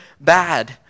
bad